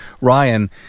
ryan